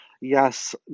Yes